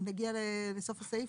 נגיע לסוף הסעיף.